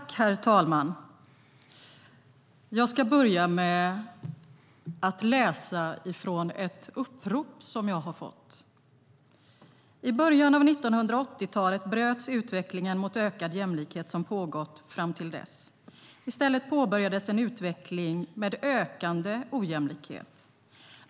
Herr talman! Jag ska börja med att läsa från ett upprop som jag har fått."I början av 1980-talet bröts utvecklingen mot ökad jämlikhet, som pågått fram till dess. I stället påbörjades en utveckling med ökande ojämlikhet.